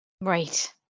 Right